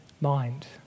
mind